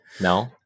No